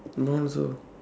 my one also